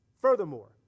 Furthermore